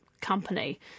company